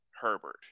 Herbert